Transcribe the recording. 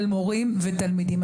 על מורים, ותלמידים.